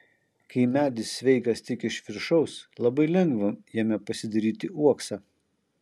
kai medis sveikas tik iš viršaus labai lengva jame pasidaryti uoksą